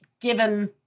given